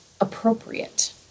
appropriate